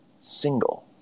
single